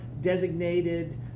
designated